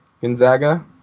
Gonzaga